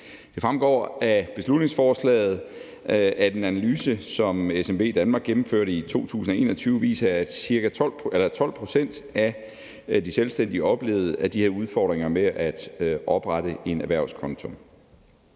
Det fremgår af beslutningsforslaget, at en analyse, som SMVdanmark gennemførte i 2021, viser, at 12 pct. af de selvstændige oplevede, at de havde udfordringer med at oprette en erhvervskonto.